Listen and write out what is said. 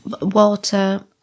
water